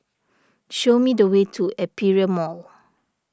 show me the way to Aperia Mall